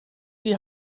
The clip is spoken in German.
die